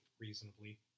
reasonably